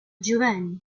giovanni